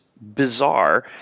bizarre